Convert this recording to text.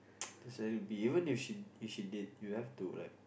just let it be even if she if she date you you have to like